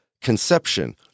conception